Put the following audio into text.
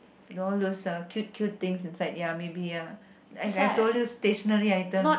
all those eh cute cute things inside ya maybe ya like I told you stationary items